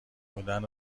بودن